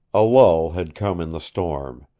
a lull had come in the storm.